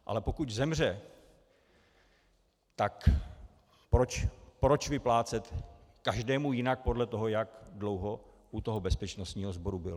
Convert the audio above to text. Ale pokud zemře, tak proč vyplácet každému jinak podle toho, jak dlouho u toho bezpečnostního sboru byl?